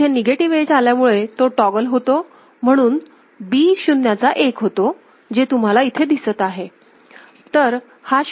इथे negative edge आल्यामुळे तो टॉगल होतो म्हणून B शून्याचा एक होतो जे तुम्हाला इथे दिसत आहे